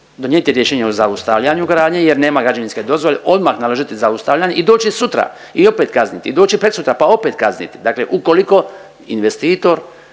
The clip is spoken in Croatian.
donijeti rješenje o zaustavljanju gradnje jer nema građevinske dozvole, odmah naložiti zaustavljanje i doći sutra i opet kazniti i doći prekosutra pa opet kazniti. Dakle, ukoliko investitor